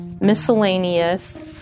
miscellaneous